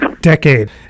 decade